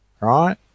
right